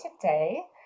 today